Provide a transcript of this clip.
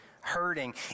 hurting